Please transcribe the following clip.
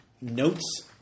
Notes